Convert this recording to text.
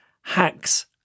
Hacks